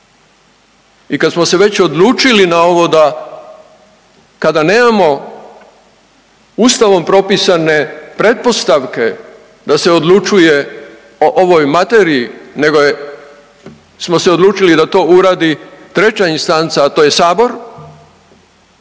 i kad smo se već odlučili na ovo da kada nemamo ustavom propisane pretpostavke da se odlučuje o ovoj materiji nego smo se odlučili da to uradi treća instanca, a to je Sabor